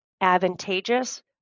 advantageous